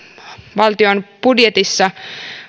valtion budjetissa